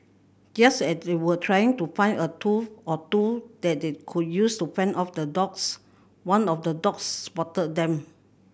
just as they were trying to find a tool or two that they could use to fend off the dogs one of the dogs spotted them